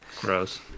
Gross